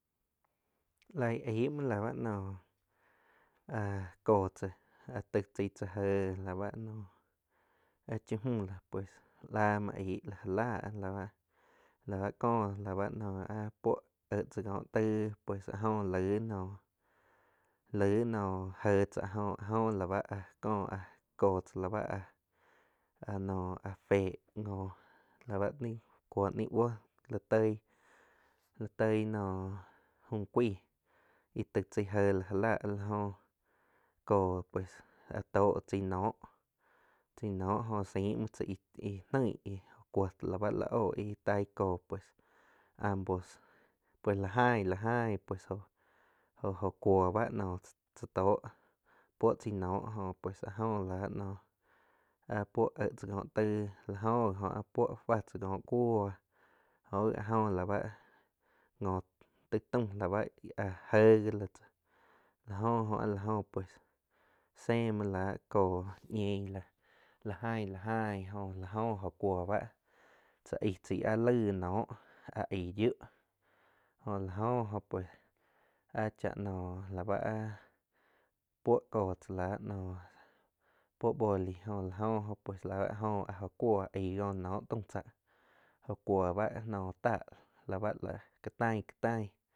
Laig aig muoh la bá nóh áh kó tzá áh taig tzai cha géh láh áh chá müh no pues, la muoh aig la ja la ba có puo éh tzá koo taig peus áh jó laig noh lai je tzá jo áh jó la báh có áh kóh tzá la báh áh-áh no féh no cuoh níh buóh láh toig, toih noh fu cuaig íh taig chaig jéh la ja láh áh la jóh kó pues áh to puó chaig nóh, jo saim muoh tzá íh noig íh cuo la bá la óh ih taig kó pues ambos pues la gain la gain pues jó-jó kuó ba nóh tzá tóh puoh chaig nóh jó pues áh jó láh áh puo éheh tzá kóh taig la jo- gi jo áh puo fáh tzá kóh cuóh jo gi áh jo lá bá njo taig taum, la bá áh je gí tzáh la jo óh áh la jó pues sé muó láh kó ñien la jain la jain jo láh jó jo kuó báh tsa aig chai áh laig noh áh aig yiuh jo la jo óh pues áh chá noh la bá áh puó kó tzá la nóh puó boli jo la oh jo pues la áh jo áh jo cuó aig kó nóh tau tzá jo cuóh ba naum táh la bá ka taing, ka taing.